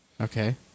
Okay